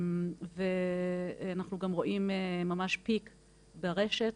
אנחנו גם רואים ממש פיק ברשת,